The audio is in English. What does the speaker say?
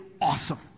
awesome